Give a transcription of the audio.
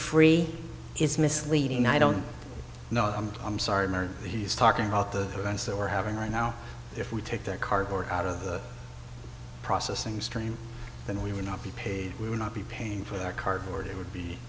free is misleading i don't know and i'm sorry mary he's talking about the events that we're having right now if we take that cardboard out of the processing stream then we would not be paid we would not be paying for that cardboard it would be